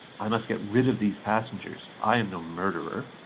i must get rid of these passengers. i am no murderer.